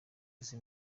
izi